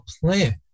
plan